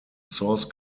source